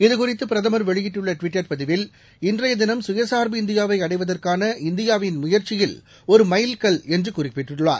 இதுகுறித்து பிரதமர் வெளியிட்டுள்ள டுவிட்டர் பதிவில் இன்றைய தினம் சுயசார்பு இந்தியாவை அடைவதற்கான இந்தியாவின் முயற்சியில் ஒரு மைல்கல் என்று கூறியுள்ளார்